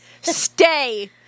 stay